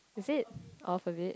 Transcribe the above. is it of a beach